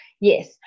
yes